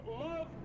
love